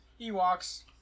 Ewoks